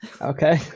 Okay